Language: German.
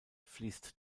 fließt